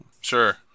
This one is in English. Sure